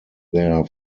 their